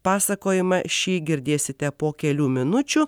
pasakojimą šį girdėsite po kelių minučių